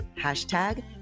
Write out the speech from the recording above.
Hashtag